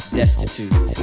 destitute